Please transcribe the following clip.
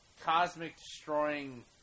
cosmic-destroying